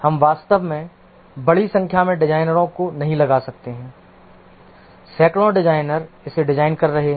हम वास्तव में बड़ी संख्या में डिजाइनरों को नहीं लगा सकते हैं सैकड़ों डिजाइनर इसे डिजाइन कर रहे हैं